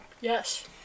Yes